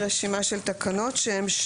תחילתן של תקנות 5(ב)(4),